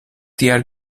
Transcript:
diğer